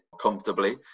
comfortably